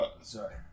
Sorry